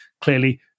clearly